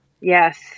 Yes